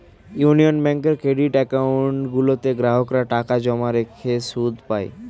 union ব্যাঙ্কের credit account গুলোতে গ্রাহকরা টাকা জমা রেখে সুদ পায়